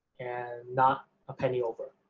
and not a penny over.